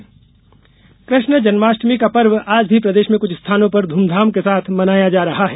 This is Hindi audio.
कृष्ण जन्माष्टमी कृष्ण जन्माष्टमी का पर्व आज भी प्रदेश में कुछ स्थानों पर ध्मधाम के साथ मनाया जा रहा है